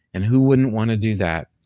and who wouldn't want to do that?